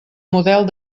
model